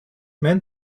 meant